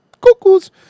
cuckoos